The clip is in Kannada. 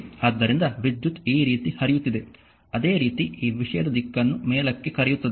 ಆದ್ದರಿಂದ ವಿದ್ಯುತ್ ಈ ರೀತಿ ಹರಿಯುತ್ತಿದೆ ಅದೇ ರೀತಿ ಈ ವಿಷಯದ ದಿಕ್ಕನ್ನು ಮೇಲಕ್ಕೆ ಕರೆಯುತ್ತದೆ